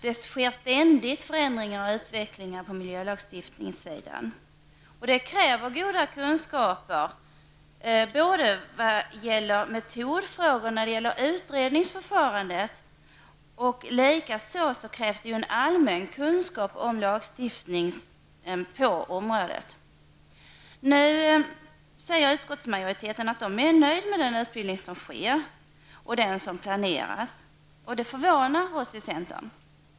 Det sker ständigt förändringar på miljölagstiftningssidan. Det kräver goda kunskaper vad gäller metodfrågor vid utredningsförfarandet. Likaså krävs det en allmän kunskap om lagstiftningen på området. Utskottsmajoriteten säger sig vara nöjd med den utbildning som sker och planeras i dag, vilket förvånar oss i centern.